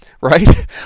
right